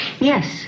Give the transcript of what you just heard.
Yes